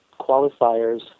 qualifiers